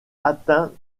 atteint